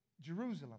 Jerusalem